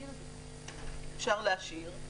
אפשר להשאיר.